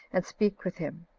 and speak with him.